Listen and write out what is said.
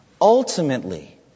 Ultimately